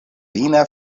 ina